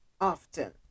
often